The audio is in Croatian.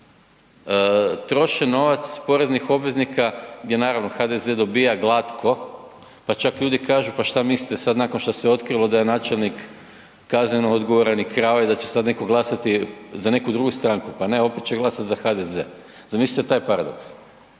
trošen novac poreznih obveznika, gdje naravno, HDZ dobiva glatko, pa čak ljudi kažu, pa što mislite sad nakon što se otkrilo da je načelnik kazneno odgovora i krao i da će sad netko glasati za neku drugu stranku? Pa ne, opet će glasati za HDZ. Zamislite taj paradoks.